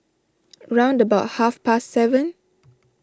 round about half past seven